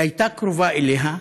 היא הייתה קרובה אליה,